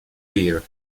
beer